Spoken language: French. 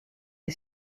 est